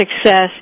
success